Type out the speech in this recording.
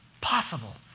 possible